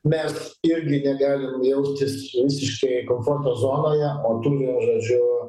mes irgi negalim jaustis visiškai komforto zonoje o turi žodžiu